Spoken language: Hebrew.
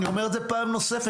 אני אומר את זה פעם נוספת.